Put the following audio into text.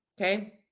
okay